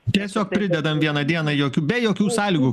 tiesiog pridedam vieną dieną jokių be jokių sąlygų